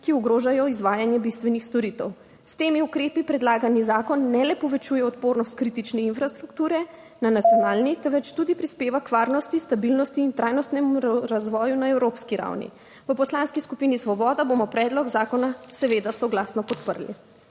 ki ogrožajo izvajanje bistvenih storitev. S temi ukrepi predlagani zakon ne le povečuje odpornost kritične infrastrukture na nacionalni, / znak za konec razprave/ temveč tudi prispeva k varnosti, stabilnosti in trajnostnemu razvoju na evropski ravni. V Poslanski skupini Svoboda bomo predlog zakona seveda soglasno podprli.